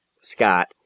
Scott